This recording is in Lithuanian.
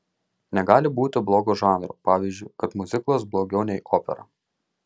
negali būti blogo žanro pavyzdžiui kad miuziklas blogiau nei opera